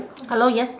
hello yes